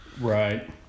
Right